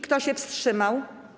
Kto się wstrzymał?